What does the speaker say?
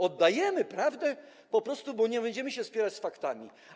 Oddajemy prawdę po prostu, bo nie będziemy się spierać z faktami.